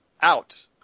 out